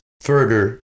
further